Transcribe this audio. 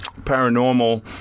paranormal